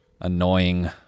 Annoying